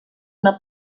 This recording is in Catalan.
una